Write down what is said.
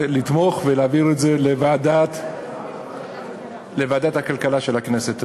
לתמוך ולהעביר את זה לוועדת הכלכלה של הכנסת.